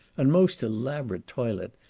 and most elaborate toilet,